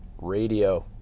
Radio